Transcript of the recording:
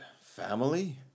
family